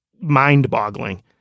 mind-boggling